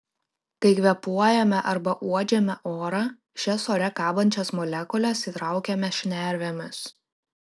kai kvėpuojame arba uodžiame orą šias ore kabančias molekules įtraukiame šnervėmis